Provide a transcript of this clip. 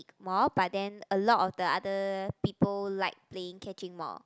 more but then a lot of the other people like playing catching more